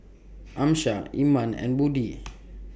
Amsyar Iman and Budi